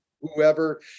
whoever